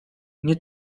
nie